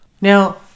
Now